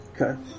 Okay